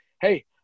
hey